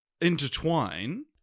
intertwine